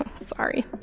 Sorry